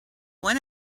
when